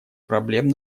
проблем